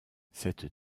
cette